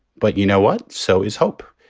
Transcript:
but you know what? so is hope.